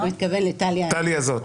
התכוונתי לטלי הזו.